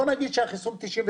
בוא נגיד שהחיסון 99%,